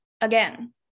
Again